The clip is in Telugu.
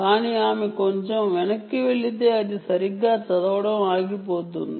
కానీ ఆమె కొంచెం వెనక్కి వెళితే అది సరిగ్గా చదవడం ఆగిపోతుంది